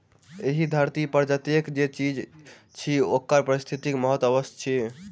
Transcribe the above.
एहि धरती पर जतेक जे चीज अछि ओकर पारिस्थितिक महत्व अवश्य अछि